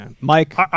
Mike